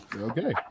Okay